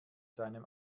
seinem